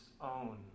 own